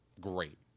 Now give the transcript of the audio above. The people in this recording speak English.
great